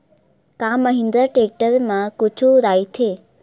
का महिंद्रा टेक्टर मा छुट राइथे?